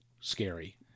scary